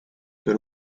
per